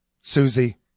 Susie